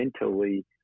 mentally